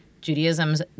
Judaism's